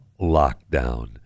Lockdown